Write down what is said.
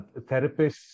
therapists